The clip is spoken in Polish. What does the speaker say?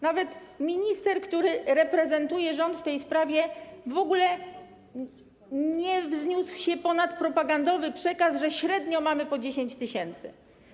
Nawet minister, który reprezentuje rząd w tej sprawie, w ogóle nie wzniósł się ponad propagandowy przekaz, że średnio mamy po 10 tys.